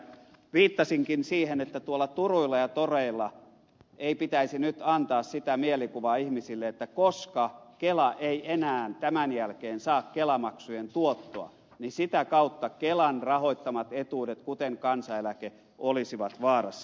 viittasinkin siihen että tuolla turuilla ja toreilla ei pitäisi nyt antaa sitä mielikuvaa ihmisille että koska kela ei enää tämän jälkeen saa kelamaksujen tuottoa sitä kautta kelan rahoittamat etuudet kuten kansaneläke olisivat vaarassa